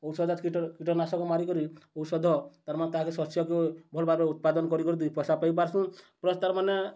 ଔଷଧ କୀଟନାଶକ ମାରିକରି ଔଷଧ ତା'ର୍ମାନେ ତାହାକେ ଶସ୍ୟକେ ଭଲ୍ ଭାବେ ଉତ୍ପାଦନ କରିକରି ଦୁଇ ପଇସା ପାଇପାର୍ସୁଁ ପ୍ଲସ୍ ତା'ର୍ମାନେ